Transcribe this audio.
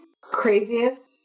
craziest